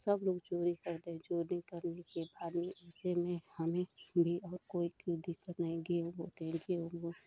सब लोग चोरी करते हैं चोरी करने के बाद में उसमें हमें भी और कोई दिक्कत नहीं गेहूँ बोते हैं